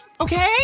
Okay